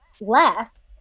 less